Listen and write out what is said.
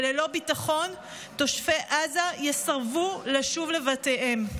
וללא ביטחון תושבי עוטף עזה יסרבו לשוב לבתיהם.